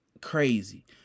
crazy